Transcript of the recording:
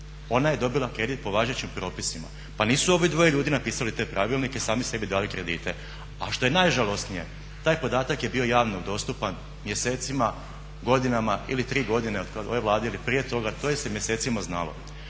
Ona je dobila kredit po važećim propisima. Pa nisu ovi dvoje ljudi napisali te pravilnike i sami sebi dali kredite. A što je najžalosnije, taj podatak je bio javno dostupan mjesecima, godinama ili tri godine od kada je ova Vlada ili prije toga to se je mjesecima znalo.